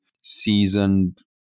seasoned